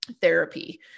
therapy